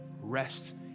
rest